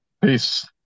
Peace